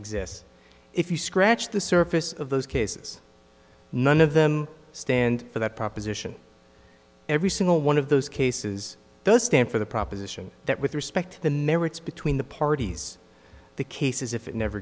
exists if you scratch the surface of those cases none of them stand for that proposition every single one of those cases those stand for the proposition that with respect to the merits between the parties the cases if it never